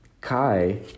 kai